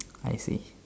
I see